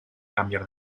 cambiar